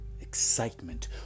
excitement